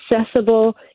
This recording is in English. accessible